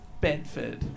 Bedford